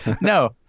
No